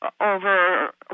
over